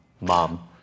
mom